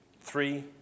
three